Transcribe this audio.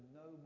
no